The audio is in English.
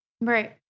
Right